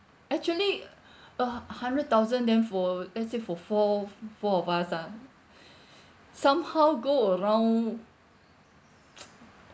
actually a hundred thousand then for let's say for four four of us ah somehow go around